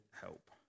help